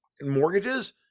mortgages